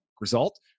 result